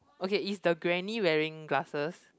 okay is the granny wearing glasses